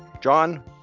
John